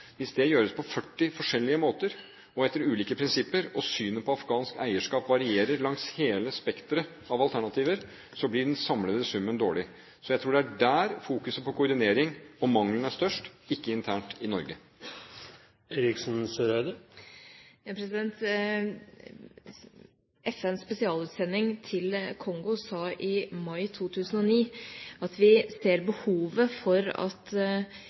Hvis det gjøres på 40 forskjellige måter og etter ulike prinsipper, og synet på afghansk eierskap varierer langs hele spekteret av alternativer, blir den samlede summen dårlig. Så jeg tror det er der fokuset på koordinering må ligge, og mangelen er størst, ikke internt i Norge. FNs spesialutsending til Kongo sa i mai 2009 at vi ser behovet for at